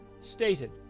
stated